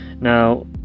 now